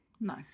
No